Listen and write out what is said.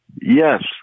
Yes